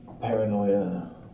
paranoia